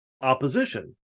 opposition